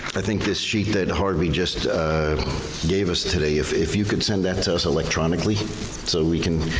i think this sheet that harvey just gave us today, if if you could send that to us electronically so we can,